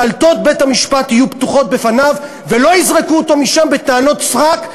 דלתות בית-המשפט יהיו פתוחות בפניו ולא יזרקו אותו משם בטענות סרק,